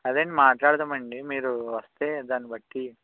అదే అండి మాట్లాడదాం అండి మీరు వస్తే దానిని బట్టి